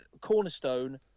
cornerstone